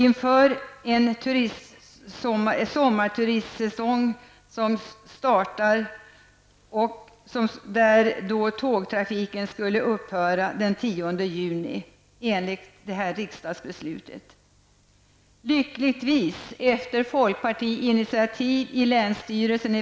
Inför sommarturistsäsongens start skulle tågtrafiken upphöra den 10 juni enligt riksdagsbeslutet.